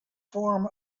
form